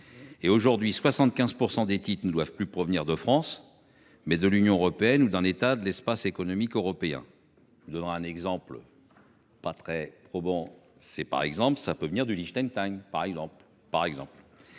Et aujourd'hui 75% des titres ne doivent plus provenir de France. Mais de l'Union européenne ou d'un état de l'Espace économique européen. Donnera un exemple. Pas très probant. C'est par exemple ça peut venir du Liechtenstein par exemple par exemple.